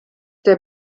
der